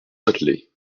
châtelet